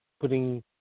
putting